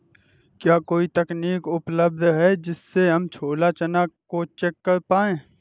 क्या कोई तकनीक उपलब्ध है जिससे हम छोला चना को चेक कर पाए?